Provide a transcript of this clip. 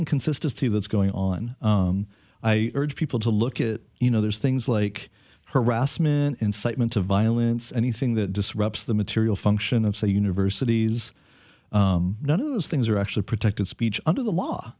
inconsistency that's going on i urge people to look at you know there's things like harassment incitement to violence anything that disrupts the material function of say universities none of those things are actually protected speech under the law